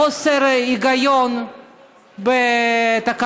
שלנו בחו"ל שלא הספיקו לרשום ילדים תוך 30 יום במרשם